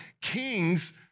Kings